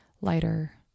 lighter